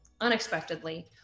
unexpectedly